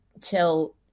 till